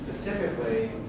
specifically